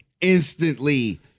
instantly